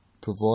provide